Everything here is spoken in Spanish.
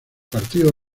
partido